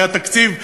הרי התקציב,